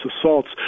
assaults